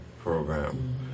Program